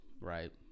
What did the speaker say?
right